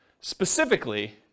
specifically